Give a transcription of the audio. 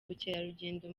ubukerarugendo